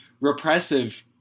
repressive